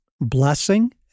blessing